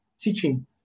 teaching